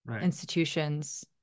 institutions